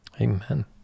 Amen